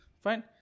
Fine